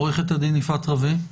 עורכת הדין יפעת רווה,